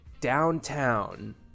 downtown